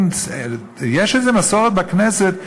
יש איזו מסורת בכנסת,